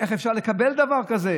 איך אפשר לקבל דבר כזה